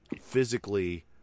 physically